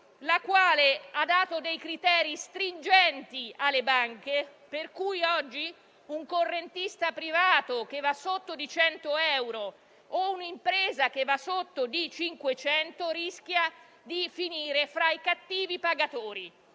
la quale ha dato criteri stringenti alle banche. Oggi un correntista privato che va sotto di 100 euro o un'impresa che va sotto di 500 euro rischiano di finire fra i cattivi pagatori.